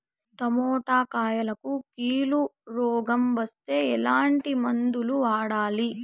Tomato కాయలకు కిలో రోగం వస్తే ఎట్లాంటి మందులు వాడాలి?